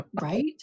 Right